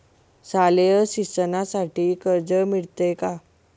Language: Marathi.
शालेय शिक्षणासाठी कर्ज मिळते का?